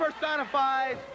personifies